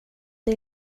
det